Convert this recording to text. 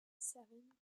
seven